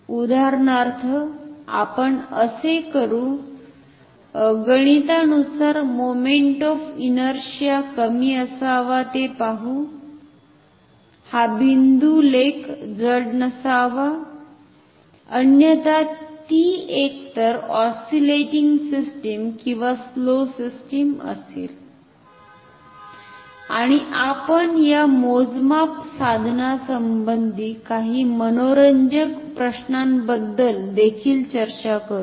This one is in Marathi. उदाहरणार्थ आपण असे करू गणितानुसार मोमेन्ट ऑफ इनरशिआ कमी असावा ते पाहु हा बिंदू लेख जड नसावा अन्यथा ती एकतर ऑस्सिलेटिंग सिस्टम किंवा स्लो सिस्टम असेल आणि आपण या मोजमाप साधनासंबंधी काही मनोरंजक प्रश्नांबद्दल देखील चर्चा करू